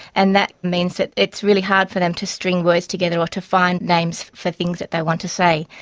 and that means that it's really hard for them to string words together or to find names for things that they want to say.